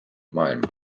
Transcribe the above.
maailma